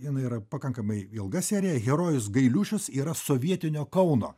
jinai yra pakankamai ilga serija herojus gailiušis yra sovietinio kauno